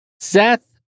Seth